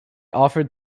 offered